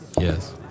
Yes